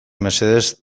mesedez